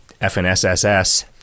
FNSSS